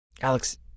Alex